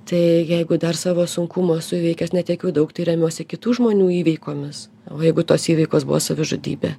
tai jeigu dar savo sunkumų esu įveikęs ne tiek jau daug tai remiuosi kitų žmonių įveikomis o jeigu tos įveikos buvo savižudybė